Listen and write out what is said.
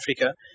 Africa